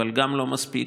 אבל גם לא מספיק.